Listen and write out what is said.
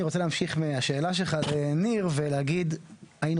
אני רוצה להמשיך מהשאלה שלך לניר ולהגיד שהיינו